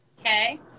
Okay